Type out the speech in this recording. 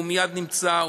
הוא מייד נמצא,